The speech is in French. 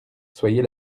soyez